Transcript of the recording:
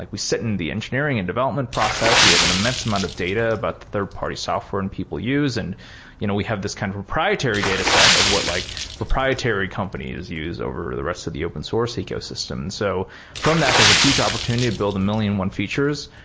like we sit in the engineering and development process. we have an immense amount of data about the but third-party software and people use and you know we have this kind of proprietary dataset of what like proprietary companies use over the rest of the open source ecosystem. so from that, there's a huge opportunity to build a million one features.